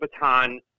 baton